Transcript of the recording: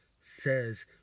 says